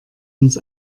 uns